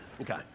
Okay